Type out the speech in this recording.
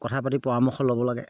কথা পাতি পৰামৰ্শ ল'ব লাগে